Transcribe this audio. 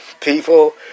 people